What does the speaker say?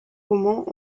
romans